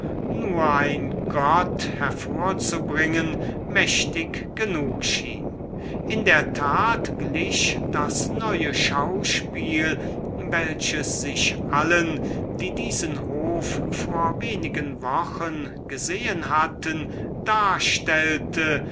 nur ein gott zu würken mächtig genug schien in der tat glich das schauspiel welches sich demjenigen der diesen hof vor wenigen wochen gesehen hatte nunmehro darstellte